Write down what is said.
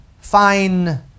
fine